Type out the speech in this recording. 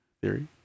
theory